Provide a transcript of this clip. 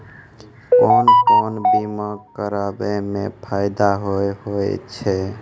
कोन कोन बीमा कराबै मे फायदा होय होय छै?